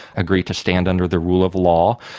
agree to stand under the rule of law.